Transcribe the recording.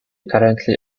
currently